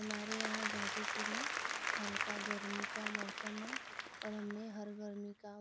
हमारे यहाँ गाजीपुर में हल्का गर्मी का मौसम है और हमने हर गर्मी का